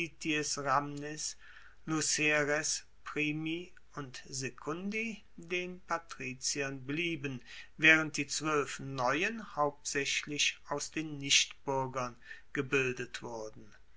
und secundi den patriziern blieben waehrend die zwoelf neuen hauptsaechlich aus den nichtbuergern gebildet wurden